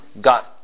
got